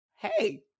Hey